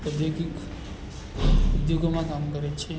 ઔદ્યોગિક ઉદ્યોગોમાં કામ કરે છે